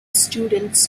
students